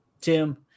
Tim